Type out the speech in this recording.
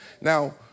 Now